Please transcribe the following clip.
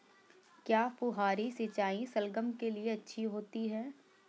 क्या फुहारी सिंचाई शलगम के लिए अच्छी होती है?